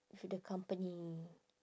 with the company